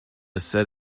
said